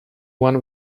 one